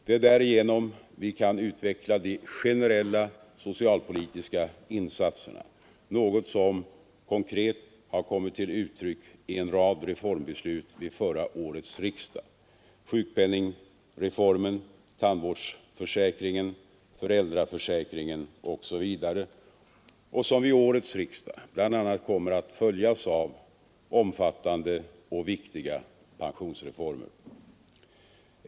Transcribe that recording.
Det är därigenom vi kan utveckla de generella socialpolitiska insatserna — något som konkret har kommit till uttryck i en rad reformbeslut vid förra årets riksdag — sjukpenningsreformen, tandvårdsförsäkringen, föräldraförsäkringen osv. — och som vid årets riksdag bl.a. kommer att följas av omfattande och viktiga pensionsreformer.